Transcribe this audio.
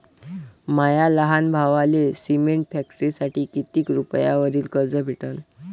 माया लहान भावाले सिमेंट फॅक्टरीसाठी कितीक रुपयावरी कर्ज भेटनं?